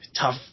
tough